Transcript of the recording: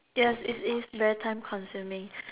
yes it is very time consuming